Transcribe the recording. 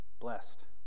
Blessed